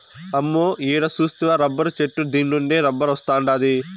అమ్మో ఈడ సూస్తివా రబ్బరు చెట్టు దీన్నుండే రబ్బరొస్తాండాది